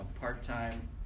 part-time